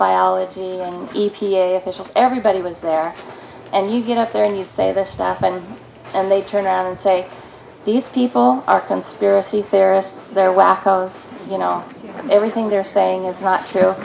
biology and p officials everybody was there and you get up there and you say this stuff and and they turn around and say these people are conspiracy theorists they're wackos you know everything they're saying is not true